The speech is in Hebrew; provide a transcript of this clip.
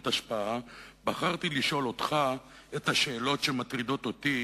השפעה בחרתי לשאול אותך את השאלות שמטרידות אותי,